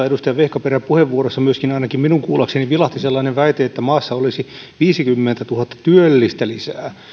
edustaja vehkaperän puheenvuorossa myöskin ainakin minun kuullakseni vilahti sellainen väite että maassa olisi viisikymmentätuhatta työllistä lisää